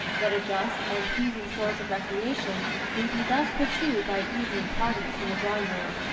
that a just and pleasing source of recreation may be thus pursued by evening parties in the drawing-room,